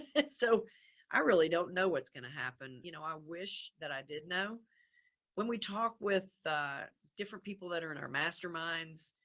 so i really don't know what's going to happen. you know? i wish that i did know when we talk with the different people that are in our masterminds,